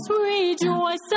rejoice